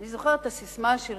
אני זוכרת את הססמה שלך: